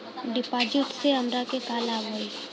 डिपाजिटसे हमरा के का लाभ होई?